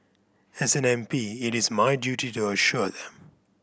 as an M P it is my duty to assure them